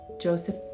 Joseph